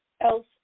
else